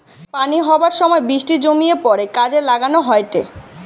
পানি হবার সময় বৃষ্টি জমিয়ে পড়ে কাজে লাগান হয়টে